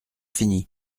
fini